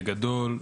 בגדול,